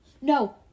no